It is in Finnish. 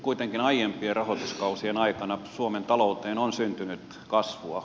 kuitenkin aiempien rahoituskausien aikana suomen talouteen on syntynyt kasvua